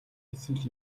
эсвэл